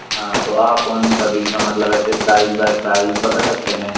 हाँ तो आप उन सभी का मतलब ऐसे प्राइस बाई प्राइस बता सकते हैं